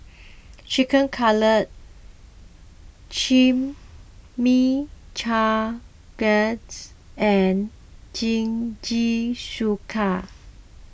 Chicken Cutlet Chimichangas and Jingisukan